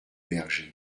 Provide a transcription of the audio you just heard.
bergers